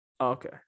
Okay